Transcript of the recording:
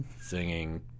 singing